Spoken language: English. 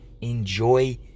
enjoy